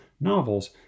novels